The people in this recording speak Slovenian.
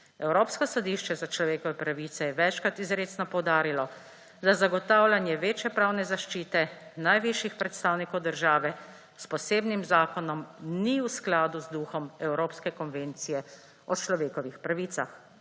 Evropsko sodišče za človekove pravice je večkrat izrecno poudarilo, da zagotavljanje večje pravne zaščite najvišjih predstavnikov države s posebnim zakonom ni v skladu z duhom Evropske konvencije o varstvu človekovih pravic.